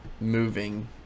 moving